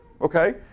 okay